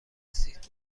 رسید